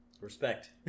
Respect